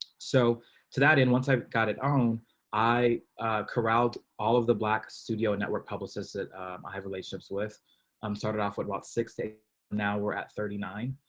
so to that end, once i've got it on i corralled all of the black studio network publicist that i have relationships with um started off with about sixty now we're at thirty nine